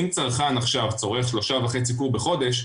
אם צרכן עכשיו צורך 3.5 קוב בחודש,